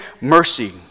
mercy